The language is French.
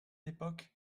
époque